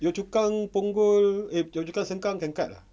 yio chu kang punggol eh yio chu kang sengkang can cut ah